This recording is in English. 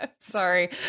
Sorry